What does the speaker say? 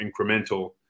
incremental